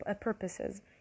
purposes